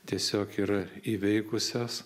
tiesiog yra įveikusios